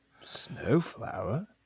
Snowflower